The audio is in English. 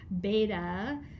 beta